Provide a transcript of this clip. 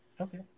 Okay